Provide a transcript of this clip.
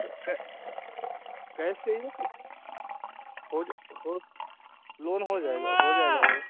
तो कै कैस चाहिए कि हो जा हो लोन हो जाएगा हो जाएगा भाई